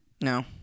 No